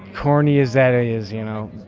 corny as that ah is you know.